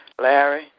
Larry